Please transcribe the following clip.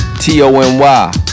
T-O-N-Y